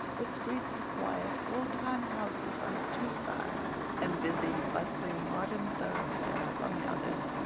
with streets of quiet, old-time houses on two sides, and busy, bustling, modern thoroughfares on the others.